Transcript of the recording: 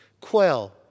quell